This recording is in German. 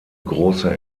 große